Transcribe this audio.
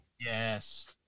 Yes